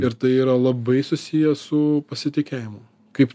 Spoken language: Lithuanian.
ir tai yra labai susiję su pasitikėjimu kaip